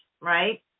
right